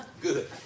Good